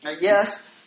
yes